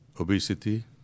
obesity